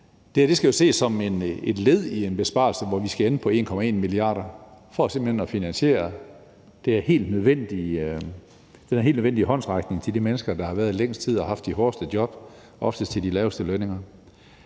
her skal jo ses som et led i en besparelse, hvor vi skal ende på 1,1 mia. kr. for simpelt hen at finansiere den her helt nødvendige håndsrækning til de mennesker, der har været længst tid på arbejdsmarkedet og haft de hårdeste job, oftest til de laveste lønninger.